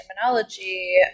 terminology